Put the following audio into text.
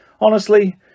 Honestly